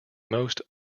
most